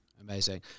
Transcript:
amazing